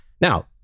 Now